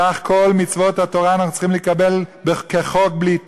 כך כל מצוות התורה אנחנו צריכים לקבלן כחוק בלי טעם.